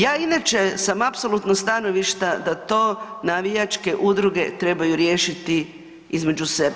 Ja inače sam apsolutno stanovišta da to navijačke udruge trebaju riješiti između sebe.